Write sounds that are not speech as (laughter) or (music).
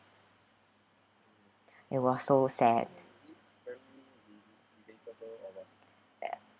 (breath) it was so sad ya